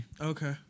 Okay